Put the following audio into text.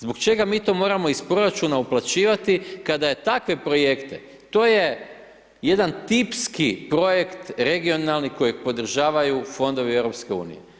Zbog čega mi to moramo iz proračuna uplaćivati kada je takve projekte, to je jedan tipski projekt regionalni kojeg podržavaju fondovi EU.